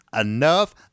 enough